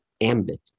ambit